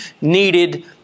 needed